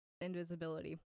invisibility